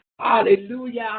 Hallelujah